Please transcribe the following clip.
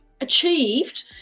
achieved